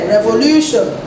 Revolution